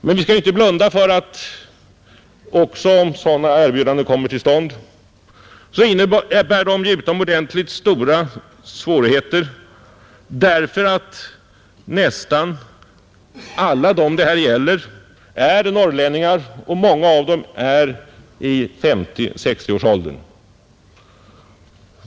Men vi skall inte blunda för att också om sådana erbjudanden kommer till stånd så innebär detta utomordentligt stora svårigheter därför att nästan alla det här gäller är norrlänningar och många av dem är i åldern 50—60 år.